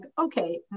okay